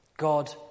God